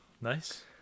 Nice